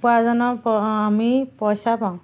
উপাৰ্জনৰ আমি পইচা পাওঁ